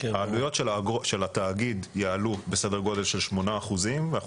העלויות של התאגיד יעלו בסדר גודל של 8% ואנחנו